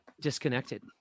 disconnected